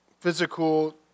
physical